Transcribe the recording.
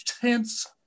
tense